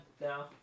now